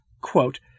Quote